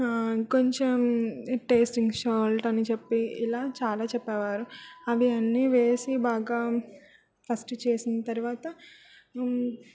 కొంచం tasting salt అని చెప్పి ఇలా చాలా చెప్పేవారు అవన్నీ వేసి బాగా ఫస్టు చేసిన తర్వాత